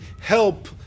help